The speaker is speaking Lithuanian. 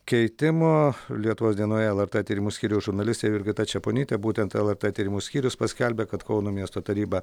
keitimo lietuvos dienoje lrt tyrimų skyriaus žurnalistė jurgita čeponytė būtent lrt tyrimų skyrius paskelbė kad kauno miesto taryba